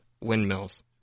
windmills